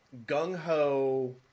gung-ho